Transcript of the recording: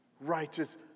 righteous